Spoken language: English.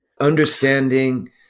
Understanding